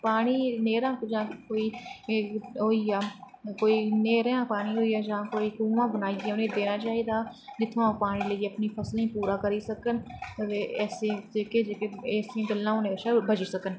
पानी नैह्रां कोई ओह् होई जा नैह्रें दा पानी होइया जां खूहा देना चाही दा जित्थमां दा पानी लेइयै अपनी फसलें गी पूरा करी सकन ते जेह्कियां ऐसियां गल्लां होने कशा दा बची सकन